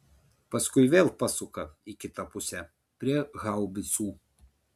paskui vėl pasuka į kitą pusę prie haubicų